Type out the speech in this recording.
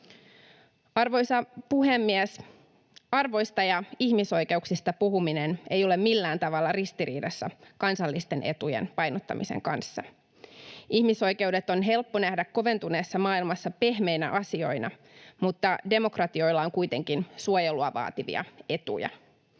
Arvoisa puhemies! Arvoista ja ihmisoikeuksista puhuminen ei ole millään tavalla ristiriidassa kansallisten etujen painottamisen kanssa. Ihmisoikeudet on helppo nähdä koventuneessa maailmassa pehmeinä asioina, mutta demokratioilla on kuitenkin suojelua vaativia etuja.